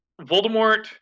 Voldemort